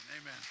Amen